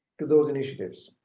to those initiatives.